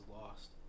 lost